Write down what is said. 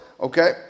okay